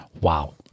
Wow